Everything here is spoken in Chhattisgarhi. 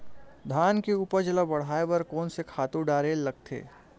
धान के उपज ल बढ़ाये बर कोन से खातु डारेल लगथे?